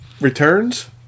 Returns